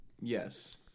Yes